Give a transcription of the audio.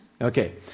Okay